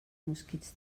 mosquits